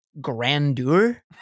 grandeur